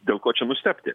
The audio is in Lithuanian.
dėl ko čia nustebti